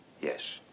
Yes